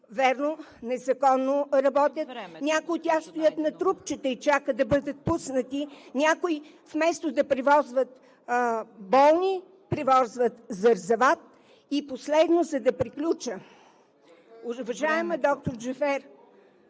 Времето! ВАЛЕНТИНА НАЙДЕНОВА: Някои от тях стоят на трупчета и чакат да бъдат пуснати. Някои, вместо да превозват болни, превозват зарзават. И последно, за да приключа. Уважаема доктор Джафер,